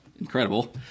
incredible